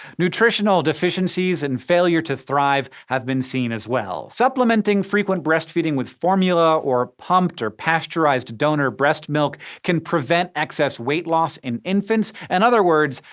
nutritional deficiencies and failure to thrive have been seen as well. supplementing frequent breastfeeding with formula or pumped or pasteurized donor breast milk can prevent excess weight loss in infants. in and other words,